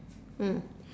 mm